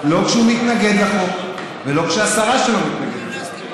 לא כשהוא מתנגד לחוק ולא כשהשרה שלו מתנגדת לחוק,